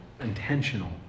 intentional